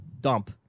dump